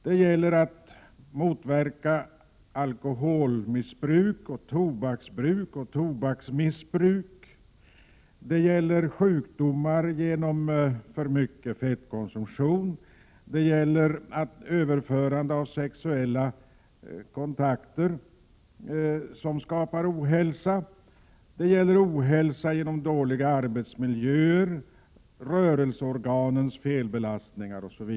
Det gäller vidare att motverka alkoholmissbruk och tobaksbruk. Det gäller sjukdomar genom för hög fettkonsumtion, sjukdomar som överförs vid sexuella kontakter, ohälsa genom dålig arbetsmiljö samt rörelseorganens felbelastningar.